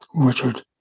Richard